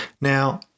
Now